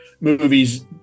movies